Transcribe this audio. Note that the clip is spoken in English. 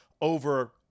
over